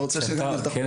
כן,